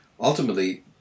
ultimately